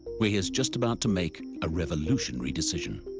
where he is just about to make a revolutionary decision,